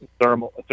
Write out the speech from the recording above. thermal